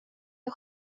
jag